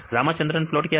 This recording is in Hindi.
रामाचंद्रन प्लॉट क्या है